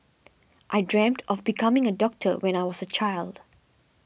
I dreamt of becoming a doctor when I was a child